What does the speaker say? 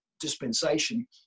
dispensation